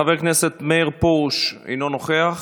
חבר הכנסת מאיר פרוש, לא נוכח.